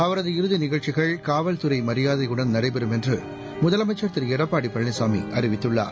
அவரது இறுதி நிகழ்ச்சிகள் காவல்துறை மரியாதையுடன் நடைபெறும் என்று முதலமைச்சர் திரு எடப்பாடி பழனிசாமி அறிவித்துள்ளார்